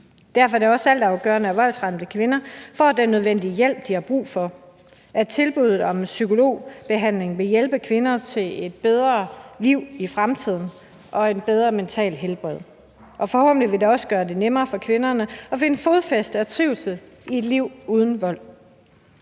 Derfor er det også altafgørende, at voldsramte kvinder får den nødvendige hjælp, de har brug for. Tilbuddet om psykologbehandling vil hjælpe kvinder til et bedre liv i fremtiden og et bedre mentalt helbred. Det vil forhåbentlig også gør det nemmere for kvinderne at finde fodfæste og trivsel i et liv uden vold.